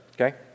okay